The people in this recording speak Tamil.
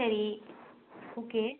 சரி ஓகே